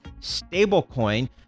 stablecoin